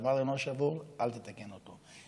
הדבר אינו שבור, אל תתקן אותו.